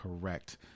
correct